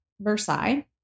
Versailles